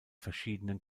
verschiedenen